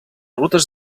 rutes